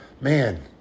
man